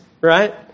right